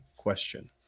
Question